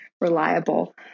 reliable